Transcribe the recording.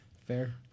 Fair